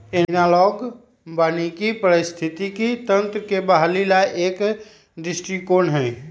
analogue वानिकी पारिस्थितिकी तंत्र के बहाली ला एक दृष्टिकोण हई